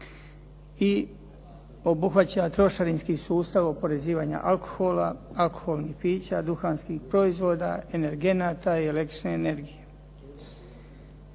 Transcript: i obuhvaća trošarinski sustav oporezivanja alkohola, alkoholnih pića, duhanskih proizvoda, energenata i električne energije.